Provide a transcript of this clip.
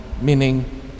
meaning